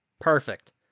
Perfect